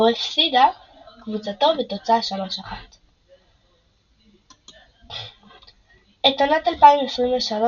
בו הפסידה קבוצתו בתוצאה 3–1. את עונת 2023/2024